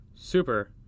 super